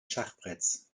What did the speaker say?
schachbretts